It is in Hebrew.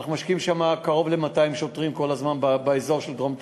אנחנו משקיעים קרוב ל-200 שוטרים כל הזמן באזור של דרום תל-אביב.